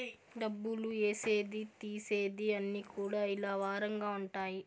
డబ్బులు ఏసేది తీసేది అన్ని కూడా ఇలా వారంగా ఉంటాయి